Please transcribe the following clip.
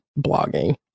blogging